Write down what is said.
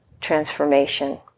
transformation